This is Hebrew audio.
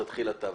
תתחיל אתה,